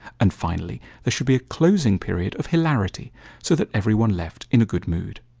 and finally there should be a closing period of hilarity so that everyone left in a good mood.